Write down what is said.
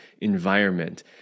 environment